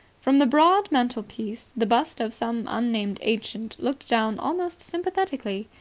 from the broad mantel-piece the bust of some unnamed ancient looked down almost sympathetically.